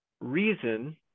reason